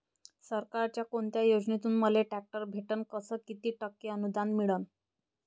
सरकारच्या कोनत्या योजनेतून मले ट्रॅक्टर भेटन अस किती टक्के अनुदान मिळन?